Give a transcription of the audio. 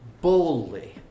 boldly